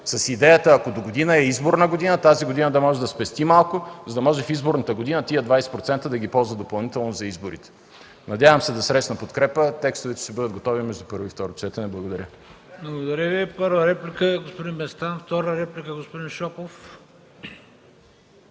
с идеята, ако догодина е изборна, тази година да може да спести малко, за да може в изборната година тези 20% да ги ползва допълнително за избори. Надявам се да срещна подкрепа. Текстовете ще бъдат готови между първо и второ четене. Благодаря. ПРЕДСЕДАТЕЛ ХРИСТО БИСЕРОВ: Благодаря Ви. Първа реплика – господин Местан, втора реплика – господин Шопов.